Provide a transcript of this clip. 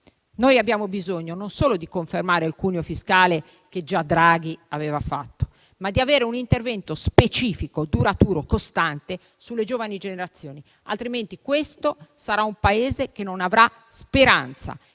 noi abbiamo bisogno non solo di confermare il cuneo fiscale, come già Draghi aveva fatto, ma di avere un intervento specifico, duraturo, costante sulle giovani generazioni, altrimenti questo Paese non avrà speranza.